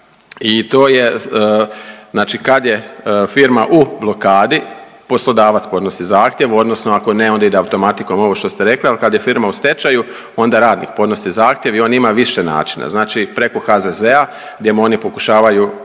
i to je znači kad je firma u blokadi, poslodavac podnosi zahtjev, odnosno ako ne, onda ide automatikom ovo što ste rekli, ali kad je firma u stečaju onda radnik podnosi zahtjev i on ima više načina. Znači preko HZZ-a, gdje mu oni pokušavaju